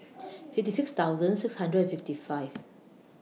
fifty six thousand six hundred and fifty five